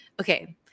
Okay